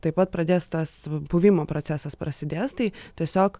taip pat pradės tas puvimo procesas prasidės tai tiesiog